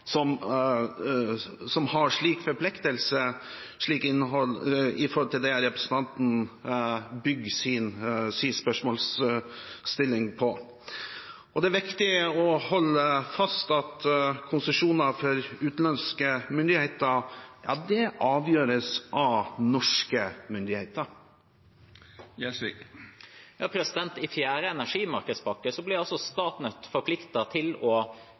som har en slik forpliktelse når det gjelder det representanten bygger sin spørsmålsstilling på. Og det er viktig å holde fast ved at konsesjoner til utenlandske myndigheter avgjøres av norske myndigheter. I fjerde energimarkedspakke ble altså Statnett forpliktet til å